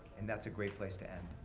and that's a great place to end,